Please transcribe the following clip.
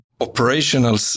operational